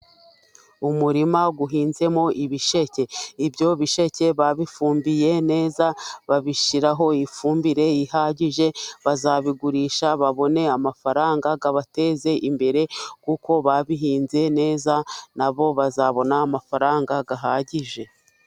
Umurima uhinzemo ibisheke, ibyo bisheke babifumbiye neza babishyiraho ifumbire ihagije, bazabigurisha babone amafaranga abateze imbere, kuko babihinze neza, nabo bazabona amafaranga ahagije.